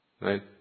right